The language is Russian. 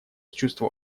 чувства